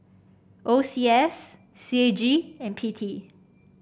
O C S C A G and P T